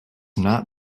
not